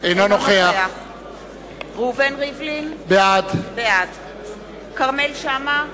אינו נוכח ראובן ריבלין, בעד כרמל שאמה,